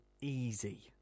easy